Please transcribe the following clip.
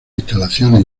instalaciones